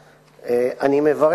2. האם התיקון מיושם?